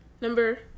Number